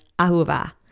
Ahuva